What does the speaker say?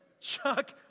Chuck